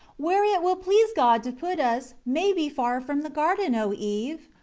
where it will please god to put us, may be far from the garden, o eve?